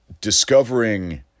discovering